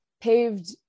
paved